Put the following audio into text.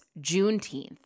Juneteenth